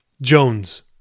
Jones